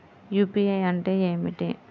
UPI అంటే ఏమిటీ?